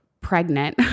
pregnant